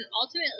ultimately